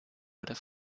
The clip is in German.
oder